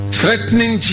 threatening